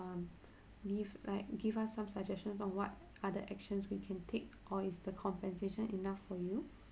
um leave like give us some suggestions on what other actions we can take or is the compensation enough for you